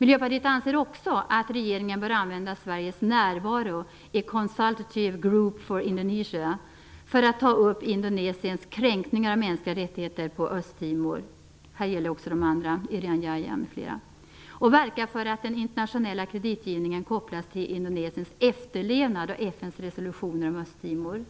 Miljöpartiet anser också att regeringen bör använda Sveriges närvaro i Consultative Group for Indonesia till att ta upp Indonesiens kränkningar av mänskliga rättigheter på Östtimor - det här gäller också Irian Jaya m.fl. - och verka för att den internationella kreditgivningen kopplas till Indonesiens efterlevnad av FN:s resolution om Östtimor.